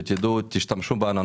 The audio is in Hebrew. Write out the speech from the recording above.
שתשתמשו בנו.